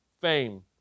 fame